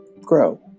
grow